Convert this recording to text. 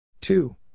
Two